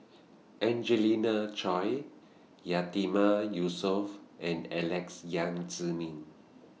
Angelina Choy Yatiman Yusof and Alex Yam Ziming